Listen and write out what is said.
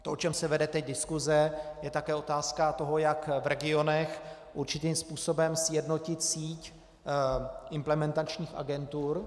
To, o čem se vede teď diskuse, je také otázka toho, jak v regionech určitým způsobem sjednotit síť implementačních agentur.